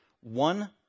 one